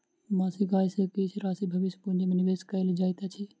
मासिक आय सॅ किछ राशि भविष्य पूंजी में निवेश कयल जाइत अछि